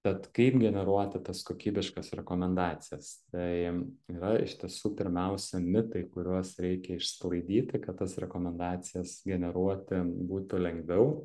tad kaip generuoti tas kokybiškas rekomendacijas tai yra iš tiesų pirmiausia mitai kuriuos reikia išsklaidyti kad tas rekomendacijas generuoti būtų lengviau